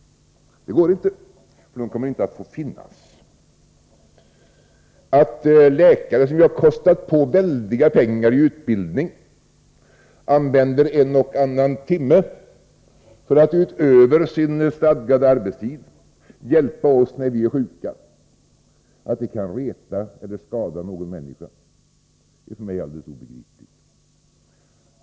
Det går inte, för dessa människor kommer inte att få finnas. Att läkare, som vi har kostat på mycket pengar i utbildning, använder en och annan timme för att utöver sin stadgade arbetstid hjälpa oss när vi är sjuka, att det kan reta eller skada någon människa är för mig helt obegripligt.